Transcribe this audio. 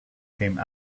came